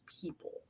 people